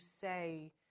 say